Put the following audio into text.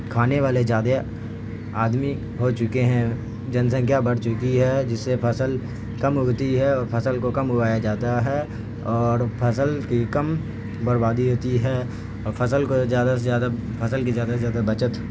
کھانے والے زیادہ آدمی ہو چکے ہیں جن سنکھیا بڑھ چکی ہے جس سے فصل کم اگتی ہے اور فصل کو کم اگایا جاتا ہے اور فصل کی کم بربادی ہوتی ہے اور فصل کو زیادہ سے زیادہ فصل کی زیادہ سے زیادہ بچت